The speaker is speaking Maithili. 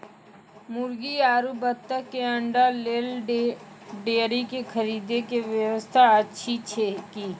मुर्गी आरु बत्तक के अंडा के लेल डेयरी के खरीदे के व्यवस्था अछि कि?